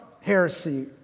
heresy